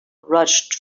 rushed